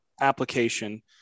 application